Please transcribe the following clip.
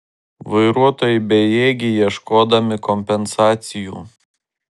vairuotojai bejėgiai ieškodami kompensacijų